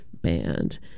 band